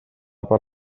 per